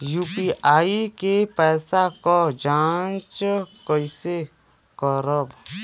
UPI के पैसा क जांच कइसे करब?